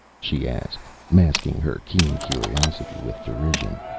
she asked, masking her keen curiosity with derision.